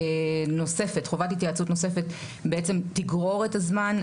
חובת התייעצות נוספת בעצם תגרור את הזמן,